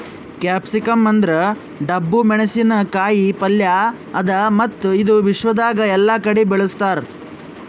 capsicum ಅಂದುರ್ ಡಬ್ಬು ಮೆಣಸಿನ ಕಾಯಿ ಪಲ್ಯ ಅದಾ ಮತ್ತ ಇದು ವಿಶ್ವದಾಗ್ ಎಲ್ಲಾ ಕಡಿ ಬೆಳುಸ್ತಾರ್